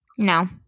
no